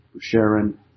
Sharon